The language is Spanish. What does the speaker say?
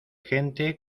gente